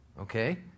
okay